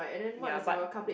ya but